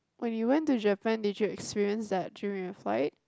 when you went to Japan did you experience that during your flight